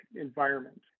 environment